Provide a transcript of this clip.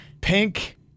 pink